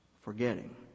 Forgetting